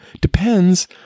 depends